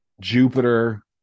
Jupiter